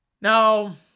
Now